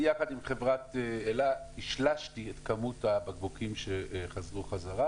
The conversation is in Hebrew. אני יחד עם חברת אל"ה שילשתי את כמות הבקבוקים שחזרו חזרה,